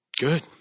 Good